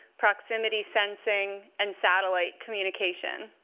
proximity sensing, and satellite communication.